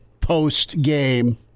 post-game